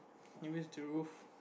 maybe it's the roof